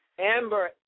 Amber